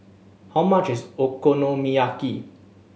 how much is Okonomiyaki